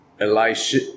Elisha